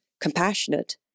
compassionate